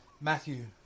Matthew